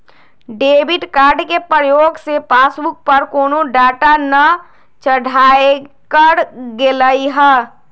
debit card के प्रयोग से पासबुक पर कोनो डाटा न चढ़ाएकर गेलइ ह